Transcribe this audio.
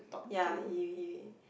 ya he he